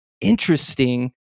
interesting